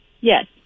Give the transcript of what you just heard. Yes